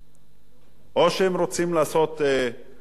או שהם רוצים לעשות תקשורת רק